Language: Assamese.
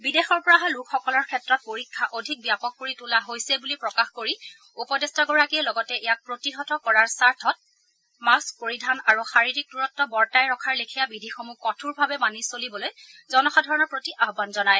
বিদেশৰ পৰা অহা লোকসকলৰ ক্ষেত্ৰত পৰীক্ষা অধিক ব্যাপক কৰি তোলা হৈছে বুলি প্ৰকাশ কৰি উপদে্টাগৰাকীয়ে লগতে ইয়াক প্ৰতিহত কৰাৰ স্বাৰ্থত মাস্থ পৰিধান আৰু শাৰিৰীক দূৰত্ব বৰ্তাই ৰখাৰ লেখীয়া বিধিসমূহ কঠোৰভাৱে মানি চলিবলৈ জনসাধাৰণৰ প্ৰতি আহ্বান জনায়